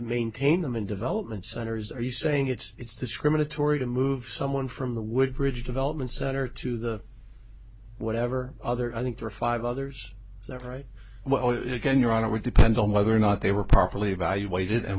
maintain them in development centers are you saying it's discriminatory to move someone from the woodbridge development center to the whatever other i think there are five others that right well it again your honor would depend on whether or not they were properly evaluated and